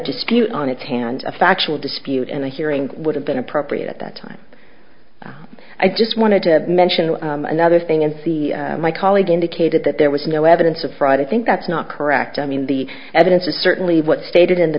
dispute on its hands a factual dispute and a hearing would have been appropriate at that time i just wanted to mention another thing and the my colleague indicated that there was no evidence of fraud i think that's not correct i mean the evidence is certainly what stated i